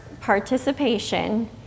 participation